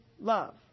love